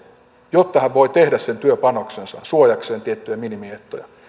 jotta hän voi tehdä sen työpanoksensa suojakseen tiettyjä minimiehtoja